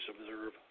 observe